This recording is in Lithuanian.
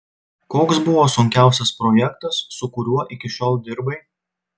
koks buvo sunkiausias projektas su kuriuo iki šiol dirbai